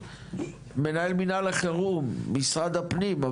מנהל מינהל החירום משרד הפנים,